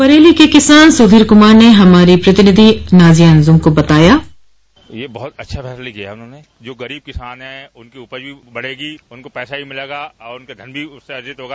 बरेली के किसान सुधीर कुमार ने हमारी प्रतिनिधि नाजिया अंजुम ने बताया ये बहुत अच्छा फैसला किया है उन्होंने जो गरीब किसान है उनकी उपज भी बढ़ेगी उनको पैसा भी मिलेगा और उनका धन भी अर्जित होगा